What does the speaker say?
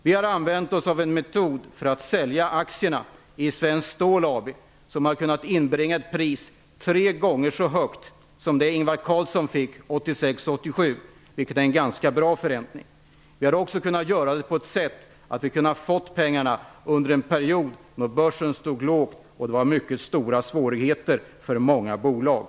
Vi har använt oss av en metod att sälja aktierna i Svenskt Stål AB, som har kunnat inbringa ett pris tre gånger så högt som det pris som Ingvar Carlsson fick 1986/87, vilket är en ganska bra förräntning. Detta har vi kunnat göra så, att vi har kunnat få pengarna under en period då börsen stod lågt och det var mycket stora svårigheter för många bolag.